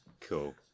Cool